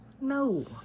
No